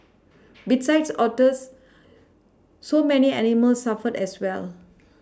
besides otters so many animals suffer as well